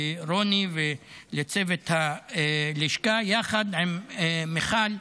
לרוני ולצוות הלשכה יחד עם מיכל,